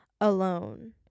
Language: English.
alone